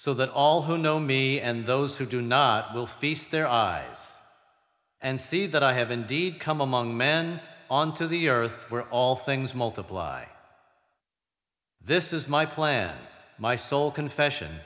so that all who know me and those who do not will feast their eyes and see that i have indeed come among men on to the earth where all things multiply this is my plan my soul confession